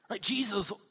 Jesus